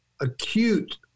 acute